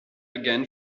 again